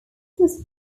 was